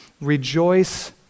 Rejoice